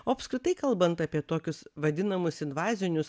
o apskritai kalbant apie tokius vadinamus invazinius